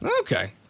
Okay